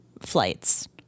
flights